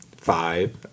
Five